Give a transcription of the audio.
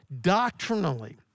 doctrinally